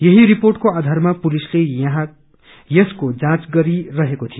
यही रिपोेटको आधारमा पुलिसले यसको जाँच गरिरहेको थियो